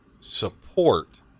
support